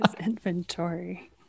inventory